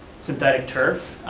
synthetic turf,